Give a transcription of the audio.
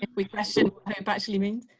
ah quick question actually mean.